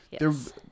Yes